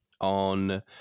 on